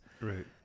right